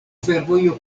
fervojo